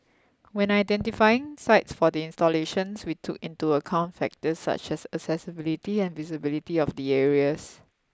when identifying sites for the installations we took into account factors such as accessibility and visibility of the areas